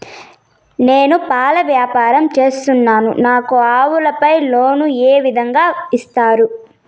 నేను పాల వ్యాపారం సేస్తున్నాను, నాకు ఆవులపై లోను ఏ విధంగా ఇస్తారు